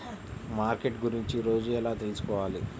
Market గురించి రోజు ఎలా తెలుసుకోవాలి?